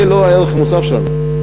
זה לא הערך המוסף שלנו.